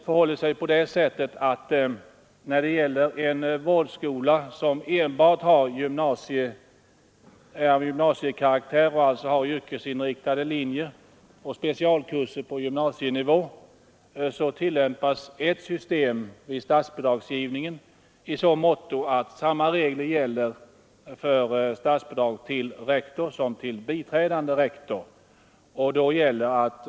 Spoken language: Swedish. När det gäller en vårdskola som enbart är av gymnasiekaraktär och alltså har yrkesinriktade linjer och specialkurser på gymnasial nivå tillämpas ett system i statsbidragsgivningen där samma regler gäller för statsbidrag till rektor som till biträdande rektor.